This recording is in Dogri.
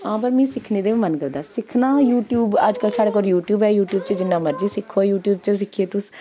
आं पर मिगी सिक्खने दा बी मन करदा सिक्खना यूट्यूब अज्जकल साढ़े कोल यूट्यूब ऐ यूट्यूब च जि'न्ना मर्जी सिक्खो यूट्यूब च सिक्खियै तुस